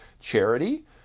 charity